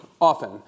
often